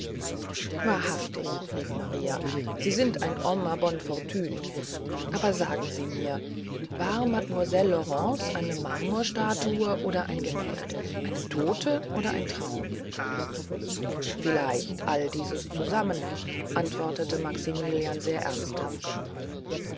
wahrhaftig rief maria sie sind ein homme bonne fortune aber sagen sie mir war mademoiselle laurence eine marmorstatue oder ein gemälde eine tote oder ein traum vielleicht alles dieses zusammen antwortete maximilian sehr ernsthaft